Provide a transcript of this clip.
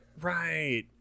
Right